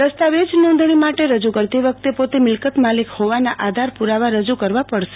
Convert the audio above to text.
દસ્તાવેજ નોંધણી માટે રજુ કરતી વખતે પોતે મિલકતમાલિક હોવાના આધાર પુરાવા રજુ કરવા પડશે